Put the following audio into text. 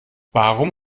warum